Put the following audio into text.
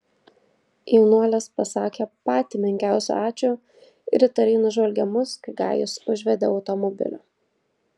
jaunuolis pasakė patį menkiausią ačiū ir įtariai nužvelgė mus kai gajus užvedė automobilį